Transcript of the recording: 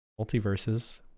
multiverses